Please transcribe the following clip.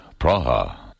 Praha